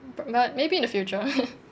b~ but maybe in the future